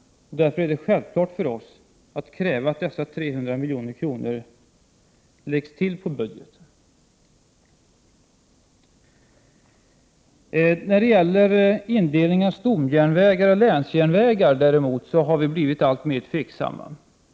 Därför är det självklart för oss att kräva att dessa 300 milj.kr. läggs till på budgeten. När det gäller indelningen i stomjärnvägar och länsjärnvägar har vi däremot blivit alltmer tveksamma.